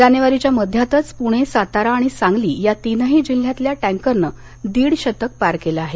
जानेवारीच्या मध्यातच पुणे सातारा आणि सांगली या तीनही जिल्ह्यांतल्या टँकरनं दीड शतक पार केलं आहे